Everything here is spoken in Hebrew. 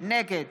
נגד